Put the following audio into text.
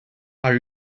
are